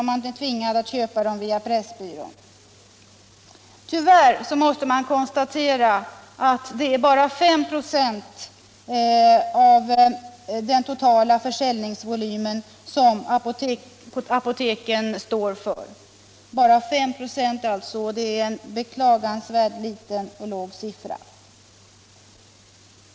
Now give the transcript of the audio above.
om man är tvingad att köpa dem hos Pressbyrån. Tyvärr kan konstateras att apoteken bara står för 5 96 av den totala försäljningen av mensskydd. Det är en beklagansvärt låg siffra.